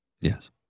Yes